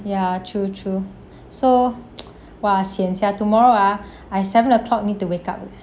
ya true true so !wah! sian sia tomorrow ah I seven o'clock need to wake up leh